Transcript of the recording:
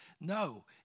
No